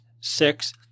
Six